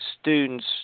students